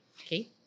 Okay